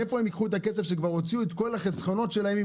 מאיפה הם ייקחו את הכסף כאשר כבר הוציאו את כל החסכונות שלהם?